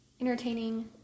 entertaining